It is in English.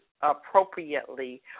appropriately